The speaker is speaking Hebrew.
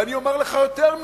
ואני אומר לך יותר מזה,